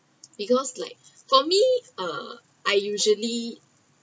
because like for me uh I usually